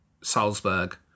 Salzburg